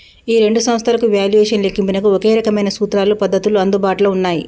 ఈ రెండు సంస్థలకు వాల్యుయేషన్ లెక్కింపునకు ఒకే రకమైన సూత్రాలు పద్ధతులు అందుబాటులో ఉన్నాయి